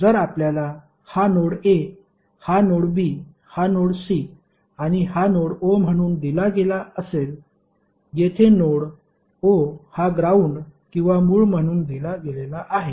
जर आपल्याला हा नोड a हा नोड b हा नोड c आणि हा नोड o म्हणून दिला गेला असेल येथे नोड o हा ग्राउंड किंवा मूळ म्हणून दिला गेलेला आहे